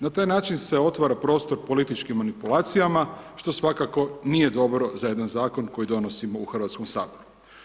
Na taj način se otvara prostor političkim manipulacijama što svakako nije dobro za jedan zakon koji donosimo u Hrvatskom saboru.